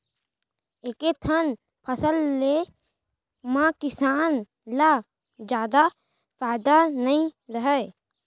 एके ठन फसल ले म किसान ल जादा फायदा नइ रहय